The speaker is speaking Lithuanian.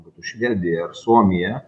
būtų švedija ar suomija